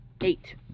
Eight